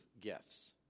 gifts